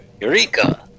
Eureka